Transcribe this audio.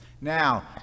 Now